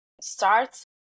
start